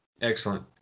Excellent